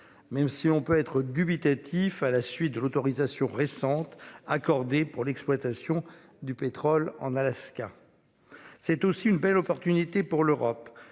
même si on peut être dubitatif. À la suite de l'autorisation récente accordée pour l'exploitation du pétrole en Alaska. C'est aussi une belle opportunité pour l'Europe.